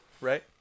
right